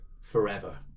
forever